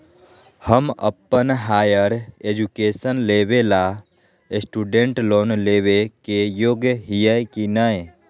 हम अप्पन higher education लेबे ला स्टूडेंट लोन लेबे के योग्य हियै की नय?